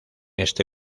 este